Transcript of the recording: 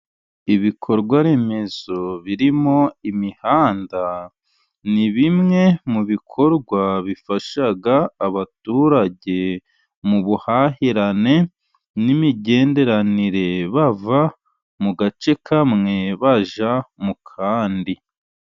Ibikorwaremezo birimo imihanda, ni bimwe mu bikorwa bifasha abaturage mu buhahirane n'imigenderanire, bava mu gace kamwe bajya mu kandi.